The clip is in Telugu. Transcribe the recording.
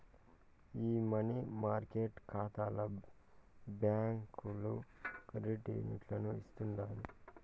ఈ మనీ మార్కెట్ కాతాల బాకీలు క్రెడిట్ యూనియన్లు ఇస్తుండాయి